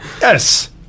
Yes